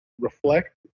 reflect